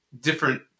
different